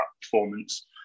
performance